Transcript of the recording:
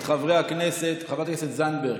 כתומכים את חברת הכנסת זנדברג,